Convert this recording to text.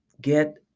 get